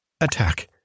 attack